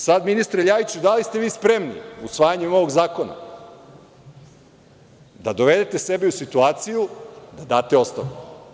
Sada, ministre LJajiću, da li ste vi spremni usvajanjem ovog zakona, da dovedete sebe u situaciju da date ostavku?